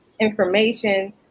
information